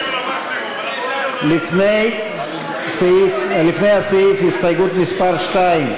לפני הסעיף, הסתייגות מס' 2,